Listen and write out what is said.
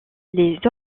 les